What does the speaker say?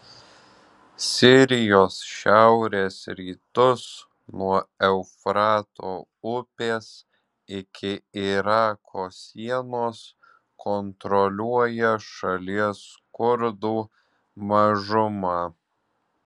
sirijos šiaurės rytus nuo eufrato upės iki irako sienos kontroliuoja šalies kurdų mažuma